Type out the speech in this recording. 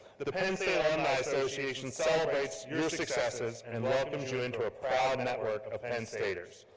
the the penn state alumni association celebrates your your successes and and welcomes you into a proud and network of penn staters.